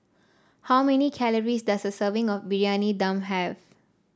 how many calories does a serving of Briyani Dum have